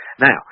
Now